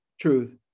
truth